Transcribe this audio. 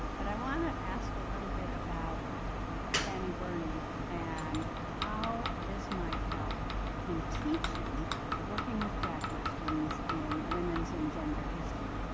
but i want to ask a little bit about fanny burney and how this might help in teaching working with graduate students in women's and gender history.